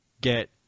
get